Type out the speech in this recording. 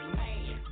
man